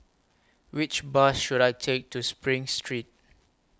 Which Bus should I Take to SPRING Street